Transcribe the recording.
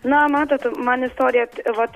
na matot man istorija vat